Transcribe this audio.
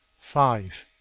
five.